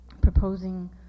proposing